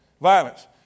Violence